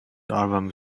album